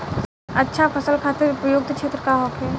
अच्छा फसल खातिर उपयुक्त क्षेत्र का होखे?